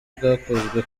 bwakozwe